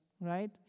right